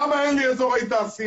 למה אין לי אזורי תעשייה?